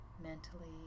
mentally